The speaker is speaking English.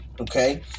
okay